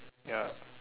ya